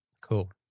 Cool